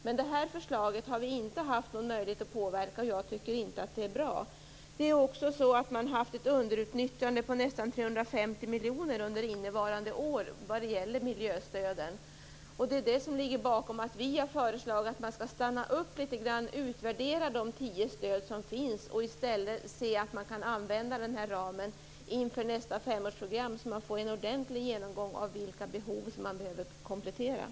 Men det här förslaget har vi inte haft någon möjlighet att påverka, och jag tycker inte att det är bra. Man har haft ett underutnyttjande av miljöstöden på nästan 350 miljoner under innevarande år. Det är det som ligger bakom att vi har föreslagit att man skall stanna upp litet grand, utvärdera de tio stöd som finns och i stället se till att man kan använda den här ramen inför nästa femårsprogram. På så sätt får man en ordentlig genomgång av vilka behov som behöver kompletteras.